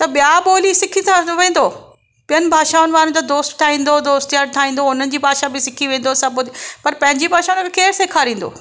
त ॿिया ॿोली सिखी त वेंदो ॿियनि भाषाउनि जा दोस्त ठाहींदो दोस्त यार ठाहींदो उन्हनि जी भाषा बि सिखी वेंदो सभु पर पंहिंजी भाषा केरु सेखारींदो